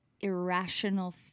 irrational